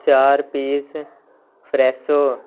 ਚਾਰ ਪੀਸ ਫਰੈਸੋ